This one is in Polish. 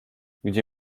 gdzie